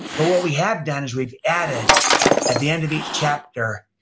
but what we have done is we've added at the end of each chapter,